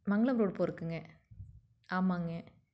மங்களம் road போறதுக்குங்க ஆமாங்க